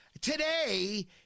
Today